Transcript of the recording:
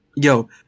Yo